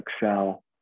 excel